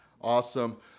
Awesome